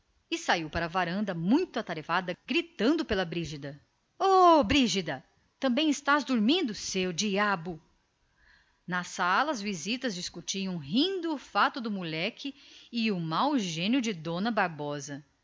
e saiu de novo para a varanda muito atarefada gritando pela brígida ó brígida também estás dormindo seu diabo na sala as visitas discutiam rindo a cena do moleque e o mau gênio de maria bárbara